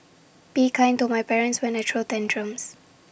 be kind to my parents when I throw tantrums